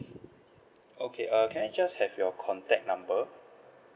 okay err can I just have your contact number